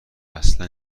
اصلا